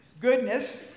Goodness